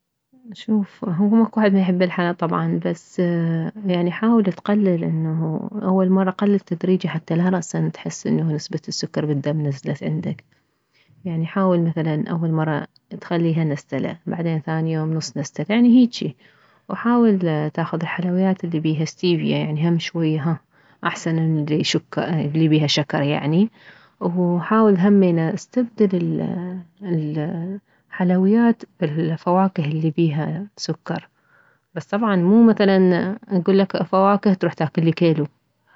شوف هو ماكو احد ما يحب الحلا طبعا بس يعني حاول تقلل انه اول مرة قلل تدريجي حتى لا راسا تحس انه نسبة السكر نزلت عندك يعني حاول مثلا اول مرة تخليها نستلة بعدين ثاني يوم نص نستلة يعني هيجي وحاول تاخذ الحلويات اللي بيها ستيفيا يعني هم شوية هاه احسن من اللي بيها شكر يعني وحاول همينه استبدل الحلويات بالفواكه اللي بيها سكر بس طبعا مو مثل اكلك فواكه تروح تاكلي كيلو